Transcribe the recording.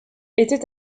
était